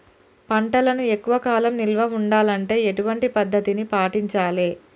పంటలను ఎక్కువ కాలం నిల్వ ఉండాలంటే ఎటువంటి పద్ధతిని పాటించాలే?